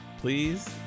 Please